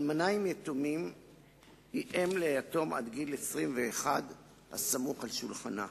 אלמנה עם יתומים היא אם ליתום עד גיל 21 הסמוך על שולחנה.